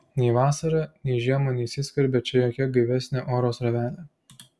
nei vasarą nei žiemą neįsiskverbia čia jokia gaivesnė oro srovelė